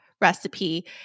recipe